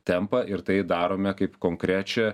tempą ir tai darome kaip konkrečią